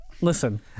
Listen